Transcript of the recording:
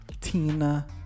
Tina